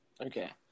Okay